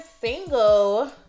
single